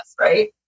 right